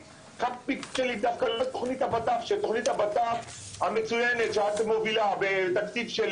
תוכנית הוט"פ המצויינת שאת מובילה בתקציב של